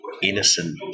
innocent